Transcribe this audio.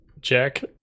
Jack